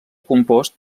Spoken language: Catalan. compost